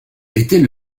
était